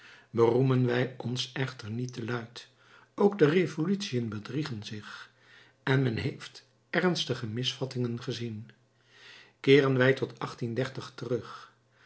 beroemen wij ons echter niet te luid ook de revolutiën bedriegen zich en men heeft ernstige misvattingen gezien keeren wij tot terug